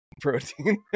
protein